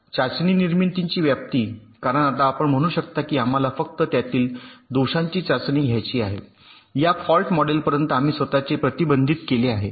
असे केल्याने आपण हे सरलीकृत किंवा मर्यादित ठेवू शकतो चाचणी निर्मितीची व्याप्ती कारण आता आपण म्हणू शकता की आम्हाला फक्त त्यातील दोषांची चाचणी घ्यायची आहे या फॉल्ट मॉडेलपर्यंत आम्ही स्वत चे प्रतिबंधित केले आहे